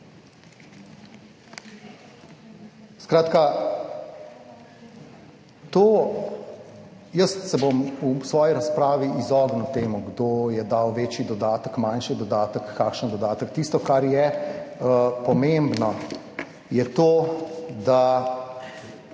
Skratka, jaz se bom v svoji razpravi izognil temu kdo je dal večji dodatek, manjši dodatek, kakšen dodatek. Tisto, kar je pomembno je to, da